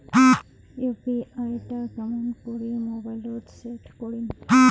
UPI টা কেমন করি মোবাইলত সেট করিম?